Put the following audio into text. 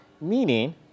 meaning